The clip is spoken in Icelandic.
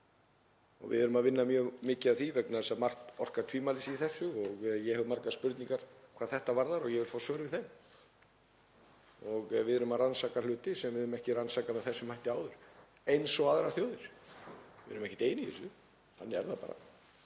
Við erum að vinna mjög mikið af því vegna þess að margt orkar tvímælis í þessu og ég hef margar spurningar hvað þetta varðar og ég vil fá svör við þeim. Við erum að rannsaka hluti sem við höfum ekki rannsakað með þessum hætti áður, eins og aðrar þjóðir. Við erum ekkert ein í þessu. Þannig er það bara.